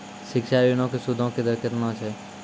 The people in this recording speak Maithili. शिक्षा ऋणो के सूदो के दर केतना छै?